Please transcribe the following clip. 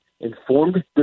informed